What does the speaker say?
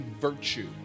virtue